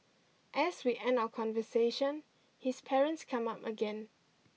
as we end our conversation his parents come up again